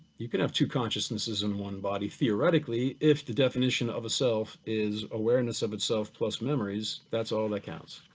you can have two consciousnesses in one body, theoretically, if the definition of a self is awareness of itself plus memories, that's all that counts.